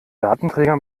datenträger